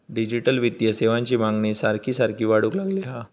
digital वित्तीय सेवांची मागणी सारखी सारखी वाढूक लागली हा